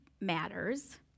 matters